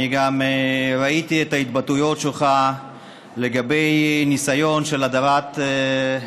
אני גם ראיתי את ההתבטאויות שלך לגבי הניסיון של הדרת נשים,